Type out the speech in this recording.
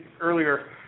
earlier